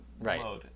Right